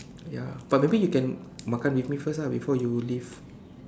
ya but maybe you can makan with me first ah before you leave